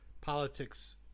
politics